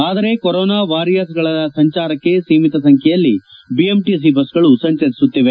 ಆದರೆ ಕೊರೊನಾ ವಾರಿಯರ್ಸ್ಗಳ ಸಂಚಾರಕ್ಕೆ ಸೀಮಿತ ಸಂಖ್ಯೆಯಲ್ಲಿ ಬಿಎಂಟಿಸಿ ಬಸ್ಗಳು ಸಂಚರಿಸುತ್ತಿದೆ